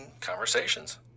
conversations